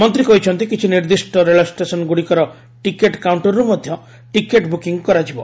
ମନ୍ତ୍ରୀ କହିଛନ୍ତି କିଛି ନିର୍ଦ୍ଦିଷ୍ଟ ରେଳ ଷ୍ଟେସନ୍ଗୁଡ଼ିକର ଟିକେଟ୍ କାଉଣ୍ଟରରୁ ମଧ୍ୟ ଟିକେଟ୍ ବୁକିଂ କରାଯିବ